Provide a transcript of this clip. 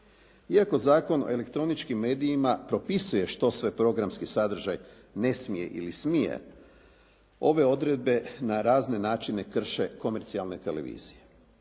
Iako Zakon o elektroničkim medijima propisuje što sve programski sadržaj ne smije ili smije ove odredbe na razne načine krše komercijalne televizije.